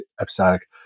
episodic